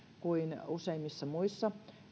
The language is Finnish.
kuin useimmissa muissa